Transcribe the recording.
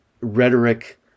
rhetoric